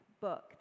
book